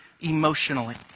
emotionally